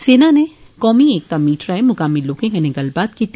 सेना नै कौमी एकता मीट राए मुकामी लोके कन्नै गल्लबात बी कीती